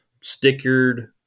stickered